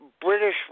British